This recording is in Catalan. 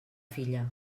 filla